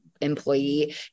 employee